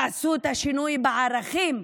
תעשו את השינוי בערכים,